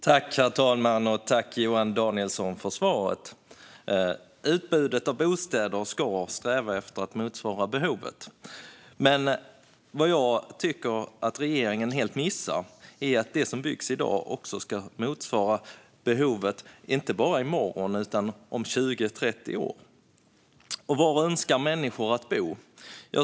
Herr talman! Tack, Johan Danielsson, för svaret! Utbudet av bostäder ska sträva efter att motsvara behovet, men jag tycker att regeringen helt missar att det som byggs i dag också ska motsvara behovet inte bara i morgon utan om 20-30 år. Och var önskar människor bo?